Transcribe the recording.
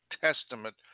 Testament